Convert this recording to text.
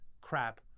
CRAP